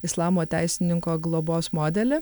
islamo teisininko globos modelį